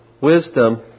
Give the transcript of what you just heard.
wisdom